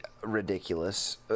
ridiculous